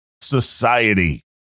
society